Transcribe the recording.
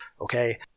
okay